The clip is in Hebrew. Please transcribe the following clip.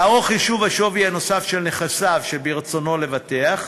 לערוך חישוב השווי הנוסף של נכסיו שברצונו לבטחם,